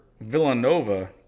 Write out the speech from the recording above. Villanova